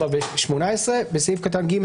18"; (2) בסעיף קטן (ג),